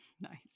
nice